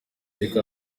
reka